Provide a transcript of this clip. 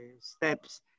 steps